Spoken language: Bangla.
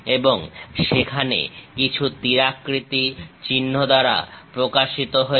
এবং সেখানে কিছু তিরাকৃতি চিহ্ন দ্বারা প্রকাশিত হয়েছে